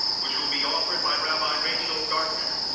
which will be offered by rabbi rachel gartner,